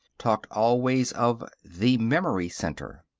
talked always of the memory center.